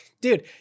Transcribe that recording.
dude